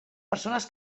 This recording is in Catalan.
persones